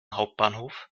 hauptbahnhof